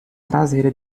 traseira